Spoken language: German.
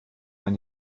man